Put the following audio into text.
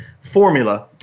Formula